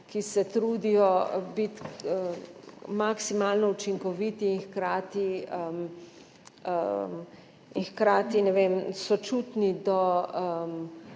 ki se trudijo biti maksimalno učinkoviti in hkrati sočutni do